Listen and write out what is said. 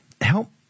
help